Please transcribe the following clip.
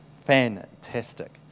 Fantastic